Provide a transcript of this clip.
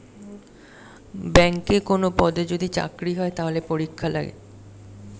ব্যাংকে কোনো পদে যদি চাকরি চায়, তাহলে পরীক্ষা লাগে